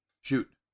Shoot